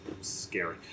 scary